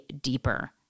deeper